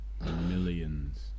Millions